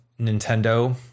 Nintendo